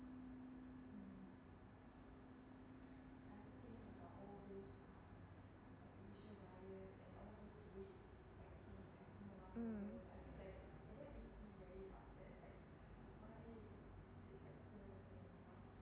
mm